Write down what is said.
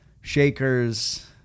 shakers